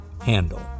handle